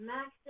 Max